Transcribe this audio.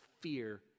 fear